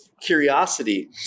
curiosity